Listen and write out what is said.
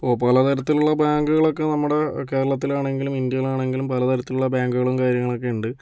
ഓ പലതരത്തിലുള്ള ബാങ്കുകളൊക്കെ നമ്മുടെ കേരളത്തിലാണെങ്കിലും ഇന്ത്യയിൽ ആണെങ്കിലും പലതരത്തിലുള്ള ബാങ്കുകളും കാര്യങ്ങളൊക്കെ ഉണ്ട്